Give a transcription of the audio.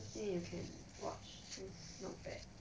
weekday you can watch this not bad